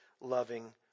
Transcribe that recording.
loving